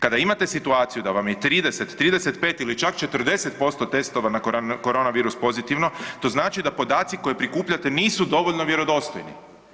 Kada imate situaciju da vam je 30, 35 ili čak 40% testova na korona virus pozitivno to znači da podaci koje prikupljate nisu dovoljno vjerodostojni.